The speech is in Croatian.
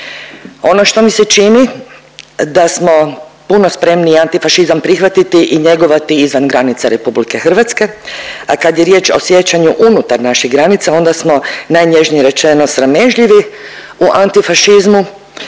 Ono što mi se čini, da smo puno spremniji antifašizam prihvatiti i njegovati izvan granica RH, a kad je riječ o sjećanju unutar naših granica, onda smo najnježnije rečeno, sramežljivi u antifašizmu